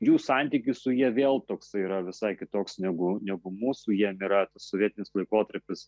jų santykis su ja vėl toksai yra visai kitoks negu negu mūsų jiem yra sovietinis laikotarpis